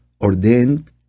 ordained